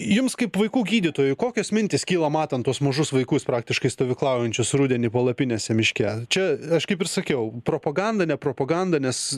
jums kaip vaikų gydytojui kokios mintys kyla matant tuos mažus vaikus praktiškai stovyklaujančius rudenį palapinėse miške čia aš kaip ir sakiau propaganda ne propaganda nes